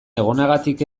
egonagatik